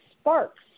sparks